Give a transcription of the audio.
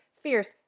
fierce